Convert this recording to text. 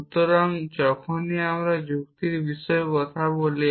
সুতরাং যখনই আমরা যুক্তির বিষয়ে কথা বলি